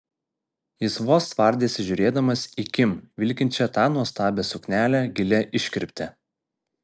jis vos tvardėsi žiūrėdamas į kim vilkinčią tą nuostabią suknelę gilia iškirpte